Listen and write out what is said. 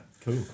Cool